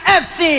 fc